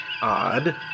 Odd